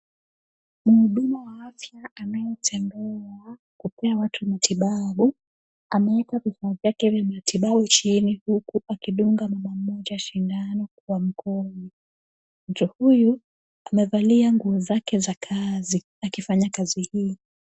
Mhudumu wa afya ametembea kupea watu matibabu, ameeka vifaa vyake vya matibabu chini huku akidunga mama mmoja sindano kwa mkono. Mtu huyu amevalia nguo zake za kazi akifanya kazi hii.